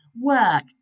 work